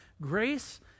grace